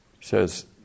says